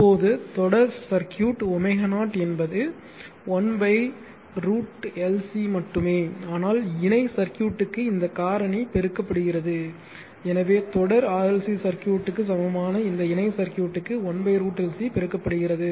இப்போது தொடர் சர்க்யூட் ω0 என்பது 1 √ LC மட்டுமே ஆனால் இணை சர்க்யூட்க்கு இந்த காரணி பெருக்கப்படுகிறது எனவே தொடர் RLC சர்க்யூட்க்கு சமமான இந்த இணை சர்க்யூட்க்கு 1 √ LC பெருக்கப்படுகிறது